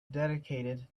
dedicated